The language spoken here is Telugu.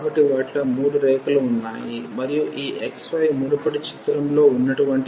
కాబట్టి వాటిలో మూడు రేఖలు ఉన్నాయి మరియు ఈ xy మునుపటి చిత్రంలో ఉన్నటువంటి గ్రాఫ్ తో 16 కి సమానం